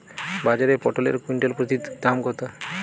বাজারে পটল এর কুইন্টাল প্রতি দাম কত?